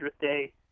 day